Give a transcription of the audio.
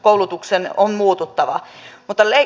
koulutuksen on muututtava